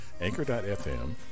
Anchor.fm